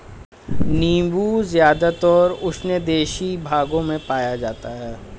नीबू ज़्यादातर उष्णदेशीय भागों में पाया जाता है